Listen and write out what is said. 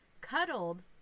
cuddled